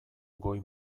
goi